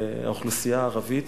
האוכלוסייה הערבית.